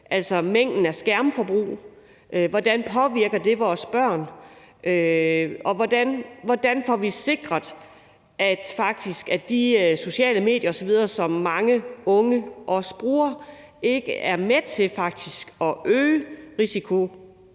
om mængden af skærmforbrug og om, hvordan det påvirker vores børn og hvordan vi får sikret, at de sociale medier, som mange unge også bruger, ikke er med til faktisk at øge risikoen